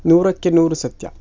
ನೂರಕ್ಕೆ ನೂರು ಸತ್ಯ